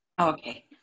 Okay